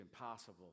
impossible